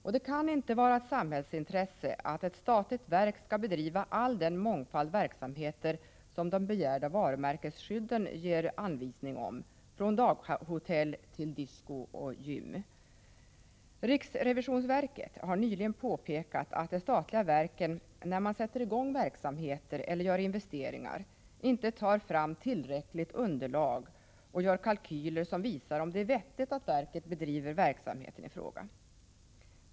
Och det kan inte vara ett samhällsintresse att ett statligt verk skall bedriva all den mångfald verksamheter som de begärda varumärkesskydden ger anvisning om — från daghotell till disco och gym. Riksrevisionsverket har nyligen påpekat att de statliga verken när man sätter i gång verksamheter eller gör investeringar inte tar fram tillräckligt underlag och gör kalkyler som visar om det är vettigt att verket bedriver verksamheten i fråga.